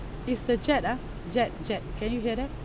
is the jet ah jet jet can you hear that